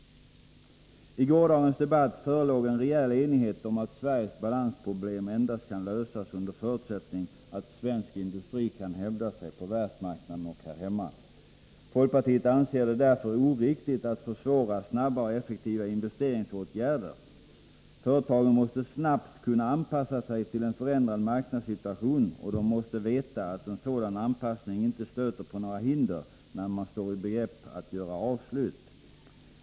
I gårdagens debatt förelåg en rejäl enighet om att Sveriges balansproblem kan lösas endast under förutsättning att svensk industri kan hävda sig på världsmarknaden och här hemma. Folkpartiet anser det därför oriktigt att försvåra snabba och effektiva investeringsåtgärder. Företagen måste snabbt kunna anpassa sig till en förändrad marknadssituation, och de måste veta att en sådan anpassning inte stöter på några hinder, när de står i begrepp att göra avslut.